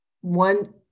One